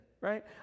right